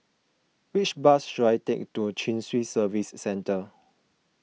which bus should I take to Chin Swee Service Centre